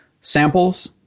samples